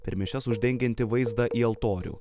per mišias uždengianti vaizdą į altorių